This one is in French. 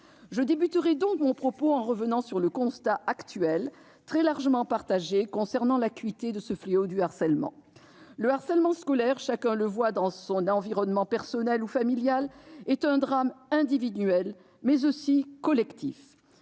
Je commencerai mon propos en revenant sur le constat actuel, très largement partagé, concernant l'acuité de ce fléau du harcèlement. Le harcèlement scolaire- chacun le voit dans son environnement personnel ou familial -est un drame individuel, mais aussi collectif.